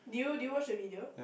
do you do you watch the video